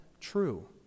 true